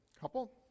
couple